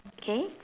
okay